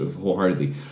wholeheartedly